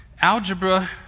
algebra